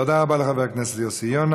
תודה רבה לחבר הכנסת יוסי יונה.